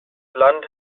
land